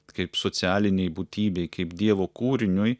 kaip socialinei būtybei kaip dievo kūriniui